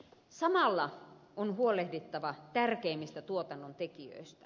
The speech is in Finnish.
samalla on huolehdittava tärkeimmistä tuotannontekijöistä